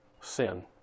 sin